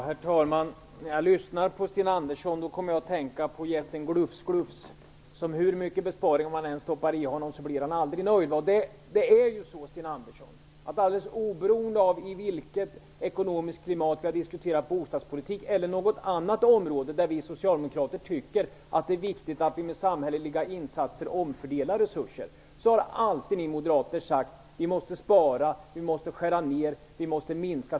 Herr talman! När jag lyssnar på Sten Andersson kommer jag att tänka på jätten Glufs-Glufs. Hur mycket besparingar som man än stoppar i honom så blir han aldrig nöjd. Alldeles oberoende av i vilket ekonomiskt klimat som vi har diskuterat bostadspolitik eller något annat område där vi socialdemokrater tycker att det är viktigt att vi med samhälleliga insatser omfördelar resurser, har ni moderater alltid sagt att det måste sparas och skäras ner.